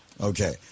Okay